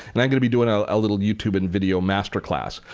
and i'm going to be doing ah a little youtube and video master class.